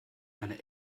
eine